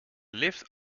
lift